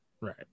Right